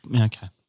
Okay